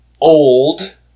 Old